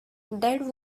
dead